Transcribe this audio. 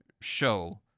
show